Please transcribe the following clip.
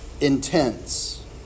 Intense